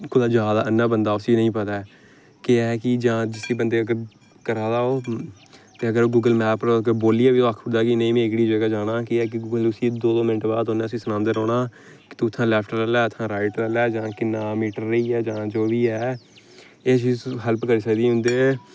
कुदै जा दा अन्ना बंदा उसी नेईं पता ऐ केह् ऐ कि जां जिसी बंदे गी अग्गें करा दा ओह् ते ओह् अगर गूगल मैप पर बोलियै बी ओह् आक्खी ओड़दा कि नेईं में एह्कड़ी जगह् जाना केह् ऐ कि गूगल उसी दो मैंट्ट बाद उन्नै उसी सनांदे रौह्ना कि तूं इत्थां लैफ्ट लेई लै इत्थां राईट लेई लै जां किन्ना मीटर रेही गेआ जां जो बी ऐ एह् चीज हैल्प करी सकदी उं'दे